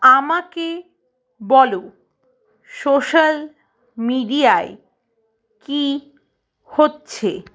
আমাকে বলো সোশ্যাল মিডিয়ায় কী হচ্ছে